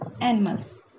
animals